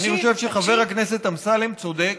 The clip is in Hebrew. אני חושב שחבר הכנסת אמסלם צודק